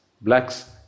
blacks